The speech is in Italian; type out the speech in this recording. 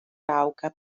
rauca